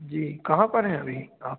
जी कहाँ पर हैं अभी आप